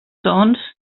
sons